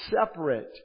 separate